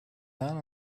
down